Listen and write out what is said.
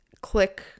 click